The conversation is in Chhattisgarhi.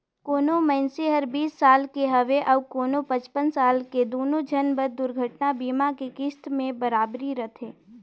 कोनो मइनसे हर बीस साल के हवे अऊ कोनो पचपन साल के दुनो झन बर दुरघटना बीमा के किस्त में बराबरी रथें